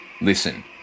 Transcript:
Listen